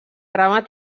remat